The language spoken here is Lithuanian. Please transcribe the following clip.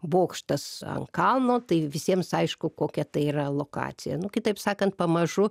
bokštas ant kalno tai visiems aišku kokia tai yra lokacija nu kitaip sakant pamažu